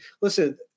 listen